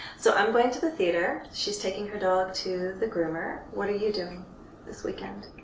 so, i'm going to the theater. she's taking her dog to the groomer. what are you doing this weekend?